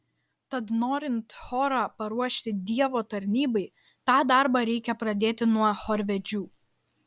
tad norint chorą paruošti dievo tarnybai tą darbą reikia pradėti nuo chorvedžių